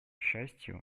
счастью